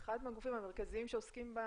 אחד מהגופים המרכזיים שעוסקים היום